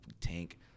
tank